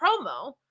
promo